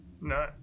no